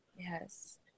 Yes